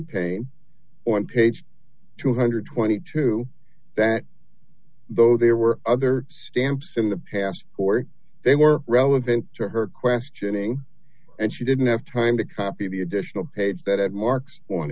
page two hundred and twenty two that though there were other stamps in the past they were relevant to her questioning and she didn't have time to copy the additional page that marks on